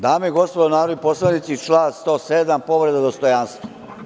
Dame i gospodo narodni poslanici, član 107. povreda dostojanstva.